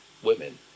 Women